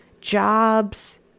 jobs